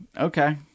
Okay